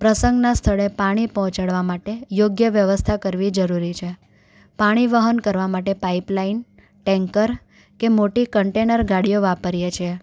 પ્રસંગના સ્થળે પાણી પહોંચાડવા માટે યોગ્ય વ્યવસ્થા કરવી જરૂરી છે પાણી વહન કરવા માટે પાઇપલાઇન ટેન્કર કે મોટી કન્ટેનર ગાડીઓ વાપરીએ છીએ